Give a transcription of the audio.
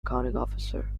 officer